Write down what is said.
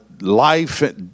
life